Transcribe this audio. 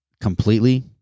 completely